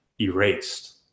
erased